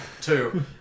Two